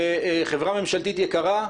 חברה ממשלתית יקרה,